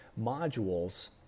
modules